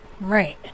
Right